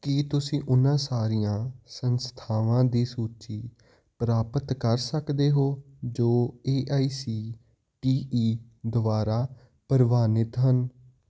ਕੀ ਤੁਸੀਂ ਉਹਨਾਂ ਸਾਰੀਆਂ ਸੰਸਥਾਵਾਂ ਦੀ ਸੂਚੀ ਪ੍ਰਾਪਤ ਕਰ ਸਕਦੇ ਹੋ ਜੋ A I C T E ਦੁਆਰਾ ਪ੍ਰਵਾਨਿਤ ਹਨ